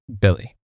Billy